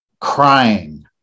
crying